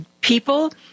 people